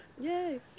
Yay